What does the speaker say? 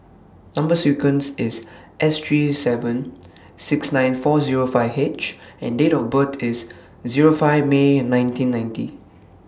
Number sequence IS S three seven six nine four Zero five H and Date of birth IS Zero five May nineteen ninety